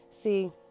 See